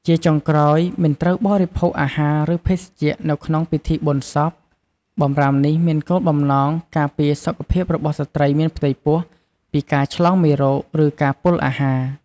ជាចុងក្រោយ មិនត្រូវបរិភោគអាហារ ឬភេសជ្ជៈនៅក្នុងពិធីបុណ្យសព បម្រាមនេះមានគោលបំណងការពារសុខភាពរបស់ស្ត្រីមានផ្ទៃពោះពីការឆ្លងមេរោគ ឬការពុលអាហារ។